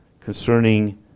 concerning